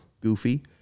goofy